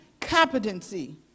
competency